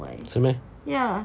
是 meh